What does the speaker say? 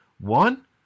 one